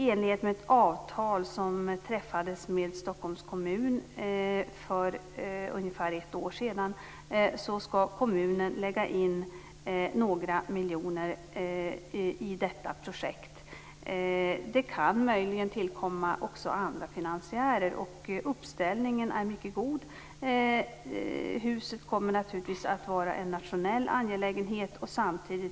I enlighet med ett avtal som träffades med Stockholms kommun för ungefär ett år sedan skall kommunen bidra med några miljoner i detta projekt. Det kan möjligen tillkomma också andra finansiärer. Uppställningen är mycket god. Huset kommer naturligtvis att vara en nationell angelägenhet.